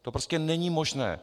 To prostě není možné.